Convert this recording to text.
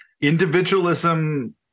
individualism